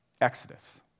Exodus